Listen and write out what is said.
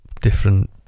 different